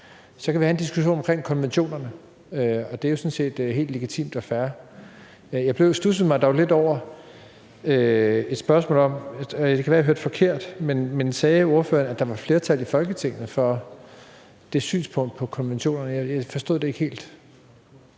Så kan vi have en diskussion om konventionerne, og det er jo sådan set helt legitimt og fair. Jeg studsede dog lidt over – og det kan være, at jeg hørte forkert dag – at ordføreren sagde, at der var flertal i Folketinget for det synspunkt på konventionerne. Jeg forstod det ikke helt.